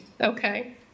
Okay